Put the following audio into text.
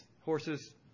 horses